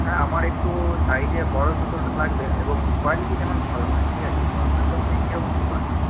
হ্যাঁ আমার একটু সাইজে বড় জুতো লাগবে এবং কোয়ালিটি যেমন ভালো হয় ঠিক আছে তো আপনার দোকানে কীরকম জুতো আছে